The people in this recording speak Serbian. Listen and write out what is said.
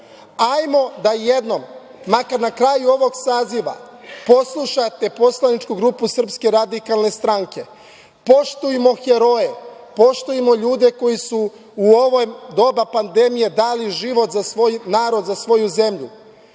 hajde da jednom, makar na kraju ovog saziva, poslušate poslaničku grupu SRS. Poštujmo heroje, poštujmo ljude koji su u ovo doba pandemije dali život za svoj narod, za svoju zemlju.